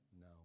No